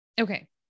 Okay